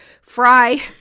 fry